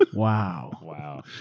but wow. wow.